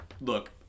Look